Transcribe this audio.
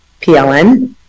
PLN